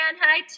Hi